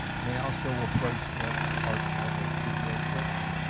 and i also will play selected archival video clips,